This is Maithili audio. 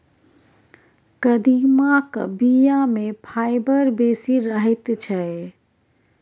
कदीमाक बीया मे फाइबर बेसी रहैत छै